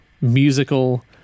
musical